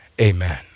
Amen